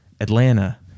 Atlanta